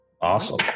Awesome